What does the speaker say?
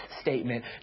statement